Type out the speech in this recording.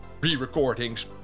re-recordings